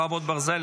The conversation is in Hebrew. חרבות ברזל),